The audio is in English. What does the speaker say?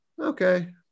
okay